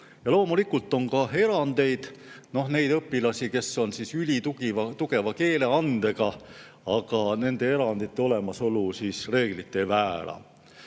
Loomulikult on ka erandeid, neid õpilasi, kes on ülitugeva keeleandega, aga nende erandite olemasolu reeglit ei väära.